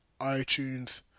itunes